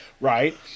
Right